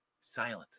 silent